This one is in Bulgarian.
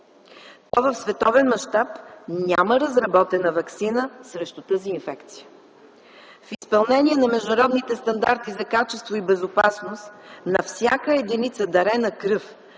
„С”, в световен мащаб няма разработена ваксина срещу тази инфекция. В изпълнение на международните стандарти за качество и безопасност на всяка единица дарена кръв